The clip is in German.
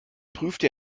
prüfte